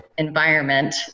environment